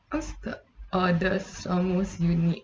what's the oddest almost unique